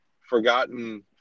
forgotten